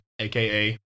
aka